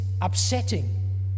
upsetting